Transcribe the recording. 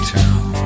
town